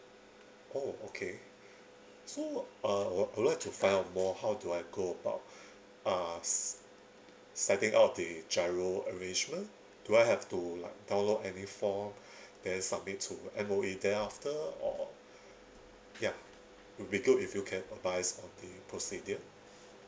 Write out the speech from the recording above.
oh okay so uh I'd I would like to find out more how do I go about uh s~ setting up the GIRO arrangement do I have to like download any form then submit to M_O_E then after or yeah would be good if you can advise on the procedure